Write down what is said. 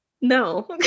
No